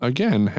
Again